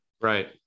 Right